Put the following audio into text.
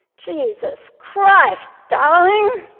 jesus christ, darling.